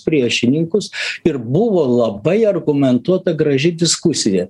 priešininkus ir buvo labai argumentuota graži diskusija